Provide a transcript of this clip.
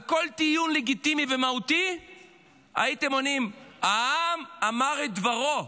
על כל טיעון לגיטימי ומהותי הייתם עונים: העם אמר את דברו,